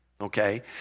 Okay